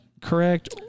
correct